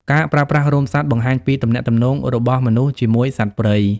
ការប្រើប្រាស់រោមសត្វបង្ហាញពីទំនាក់ទំនងរបស់មនុស្សជាមួយសត្វព្រៃ។